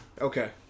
Okay